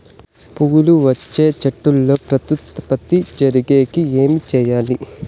పూలు వచ్చే చెట్లల్లో ప్రత్యుత్పత్తి జరిగేకి ఏమి చేయాలి?